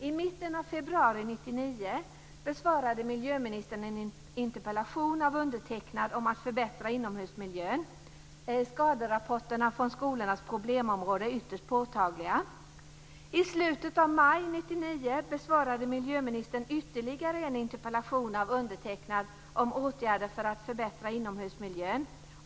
I mitten av februari 1999 besvarade miljöministern en interpellation från mig om att förbättra inomhusmiljön. Skaderapporterna från skolornas problemområde är ytterst påtagliga. I slutet av maj 1999 besvarade miljöministern ytterligare en interpellation från mig om åtgärder för att förbättra inomhusmiljön.